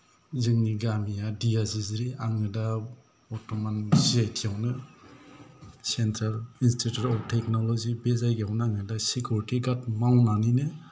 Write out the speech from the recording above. जोंनि गामिया दियाजिजिरि आङो दा बर्तमान सिआइटि आवनो सेन्ट्रेल इन्सटिटिउट अफ टेक्न'ल'जि बे जायगायावनो आङो दा सिकिउरिटि गार्ड मावनानैनो